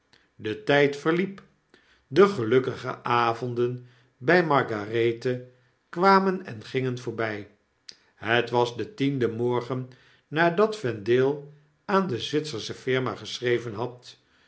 de tgd verliep de gelukkige avonden bij margarethe kwamen en gingen voorbij het was de tiende morgen nadat vendale aan dezwitsersche firma geschreven had